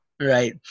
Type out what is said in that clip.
Right